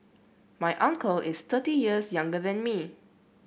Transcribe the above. my uncle is thirty years younger than me